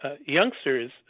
youngsters